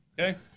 Okay